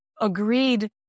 agreed